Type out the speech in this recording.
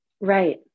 Right